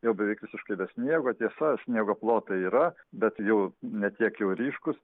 jau beveik visiškai be sniego tiesa sniego plotai yra bet jau ne tiek jau ryškūs